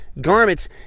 garments